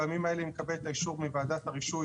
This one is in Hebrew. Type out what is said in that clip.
בימים האלה היא מקבלת את האישור מוועדת הרישוי